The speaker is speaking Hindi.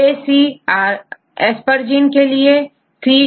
ACG कोड T के लिए है